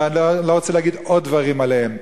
אני לא רוצה להגיד עוד דברים עליהם,